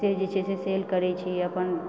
से जे छै से सेल करै छी अपन